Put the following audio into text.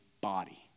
body